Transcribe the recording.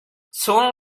soon